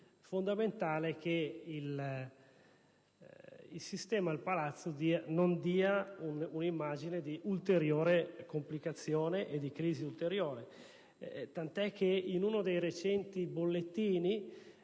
fondamentale che il sistema, il Palazzo non dia un'immagine di ulteriori complicazioni e crisi. Tant'è che in uno dei recenti bollettini